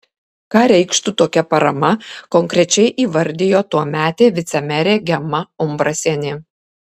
ką reikštų tokia parama konkrečiai įvardijo tuometė vicemerė gema umbrasienė